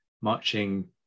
marching